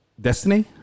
Destiny